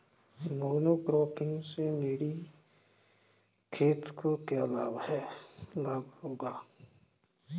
Monocropping से मेरी खेत को क्या लाभ होगा?